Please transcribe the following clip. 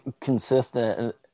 Consistent